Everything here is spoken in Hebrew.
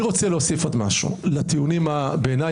אני רוצה להוסיף עוד משהו לטיעונים שבעיניי